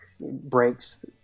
breaks